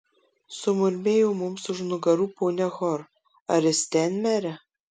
sumurmėjo mums už nugarų ponia hor ar jis ten mere